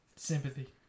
Sympathy